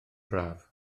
braf